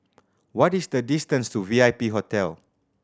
what is the distance to V I P Hotel